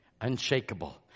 Unshakable